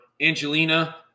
Angelina